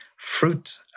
fruit